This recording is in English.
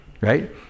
right